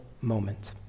moment